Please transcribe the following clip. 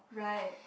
right